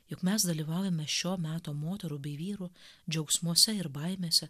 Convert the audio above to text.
jog mes dalyvaujame šio meto moterų bei vyrų džiaugsmuose ir baimėse